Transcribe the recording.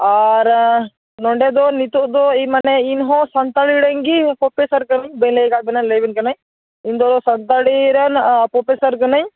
ᱟᱨ ᱱᱚᱰᱮ ᱫᱚ ᱱᱤᱛᱳᱜ ᱫᱚ ᱮᱭ ᱢᱟᱱᱮ ᱤᱧᱦᱚᱸ ᱥᱟᱱᱛᱟᱲᱤ ᱨᱮᱱ ᱜᱮ ᱯᱨᱚᱯᱷᱮᱥᱟᱨ ᱠᱟᱹᱱᱟᱹᱧ ᱵᱟᱹᱧ ᱞᱟᱹᱭ ᱟᱠᱟᱫ ᱵᱤᱱᱟᱹ ᱞᱟᱹᱭ ᱟᱵᱤᱱ ᱠᱟᱹᱱᱟᱹᱧ ᱤᱧᱫᱚ ᱥᱟᱱᱛᱟᱲᱤ ᱨᱮᱱ ᱯᱨᱚᱯᱷᱮᱥᱟᱨ ᱠᱟᱹᱱᱟᱹᱧ